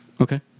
okay